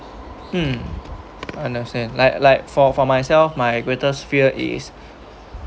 mm understand like like for for myself my greatest fear is